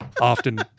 Often